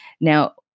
Now